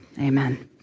Amen